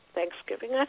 Thanksgiving